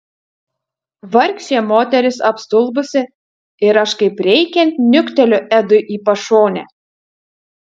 vargšė moteris apstulbusi ir aš kaip reikiant niukteliu edui į pašonę